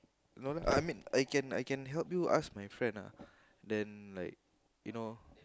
no lah I mean I can I can help you ask my friend ah then like you know